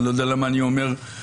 אני לא יודע למה אני אומר גננות,